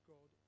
God